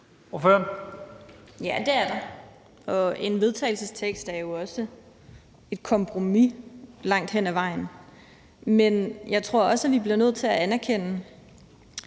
Ja, det er der. En vedtagelsestekst er jo også et kompromis langt hen ad vejen. Men jeg tror også, vi bliver nødt til at anerkende,